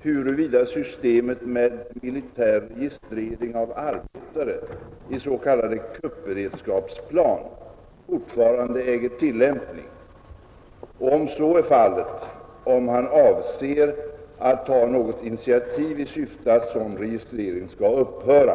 huruvida systemet med militär registrering av arbetare i s.k. kuppberedskapsplan fortfarande äger tillämpning och, om så är fallet, om han avser att ta något initiativ i syfte att sådan registrering skall upphöra.